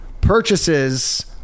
purchases